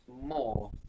more